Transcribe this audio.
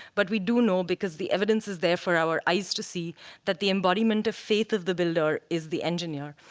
but we do know because the evidence is there for our eyes to see that the embodiment of faith of the builder is the engineer.